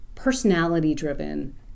personality-driven